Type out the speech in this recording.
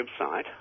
website